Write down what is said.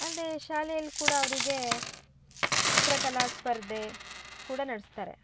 ಅಲ್ಲದೇ ಶಾಲೆಯಲ್ಲಿ ಕೂಡ ಅವರಿಗೇ ಚಿತ್ರಕಲಾ ಸ್ಪರ್ಧೆ ಕೂಡ ನಡೆಸ್ತಾರೆ